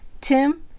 Tim